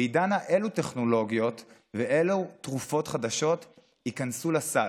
והיא דנה אילו טכנולוגיות ואילו תרופות חדשות ייכנסו לסל,